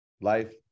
Life